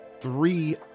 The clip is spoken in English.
three